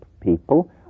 people